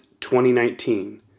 2019